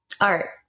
Art